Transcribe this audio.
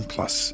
Plus